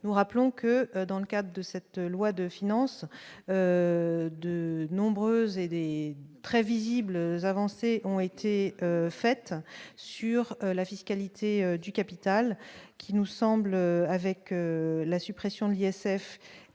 nous rappelons que dans le cadre de cette loi de finance de nombreuses très visible avancées ont été faites sur la fiscalité du capital qui nous semble, avec la suppression de l'Yacef